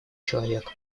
человека